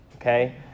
okay